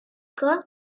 corps